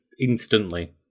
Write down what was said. instantly